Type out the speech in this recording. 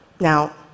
Now